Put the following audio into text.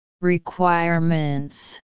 Requirements